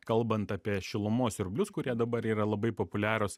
kalbant apie šilumos siurblius kurie dabar yra labai populiarūs